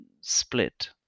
split